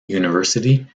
university